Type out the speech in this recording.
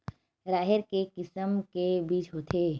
राहेर के किसम के बीज होथे?